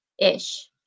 ish